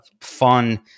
fun